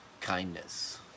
kindness